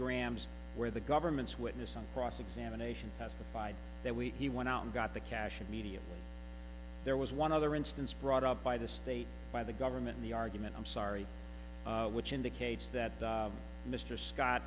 grams where the government's witness on cross examination testified that we he went out and got the cash immediately there was one other instance brought up by the state by the government in the argument i'm sorry which indicates that mr scott